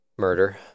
murder